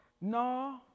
no